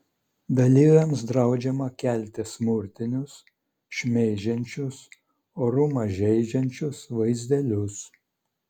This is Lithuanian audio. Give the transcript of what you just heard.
dalyviams draudžiama kelti smurtinius šmeižiančius orumą žeidžiančius vaizdelius